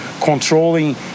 controlling